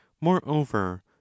moreover